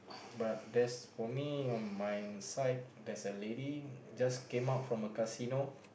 but that's for me on my side there's a lady just came out from a casino